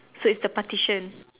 so it's the partition